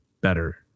better